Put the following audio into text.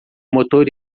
motor